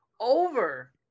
over